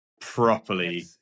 properly